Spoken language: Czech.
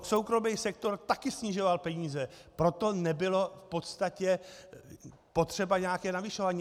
Soukromý sektor také snižoval peníze, proto nebylo v podstatě potřeba nějaké navyšování.